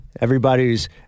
Everybody's